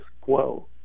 quo